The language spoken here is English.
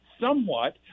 somewhat